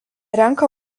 renka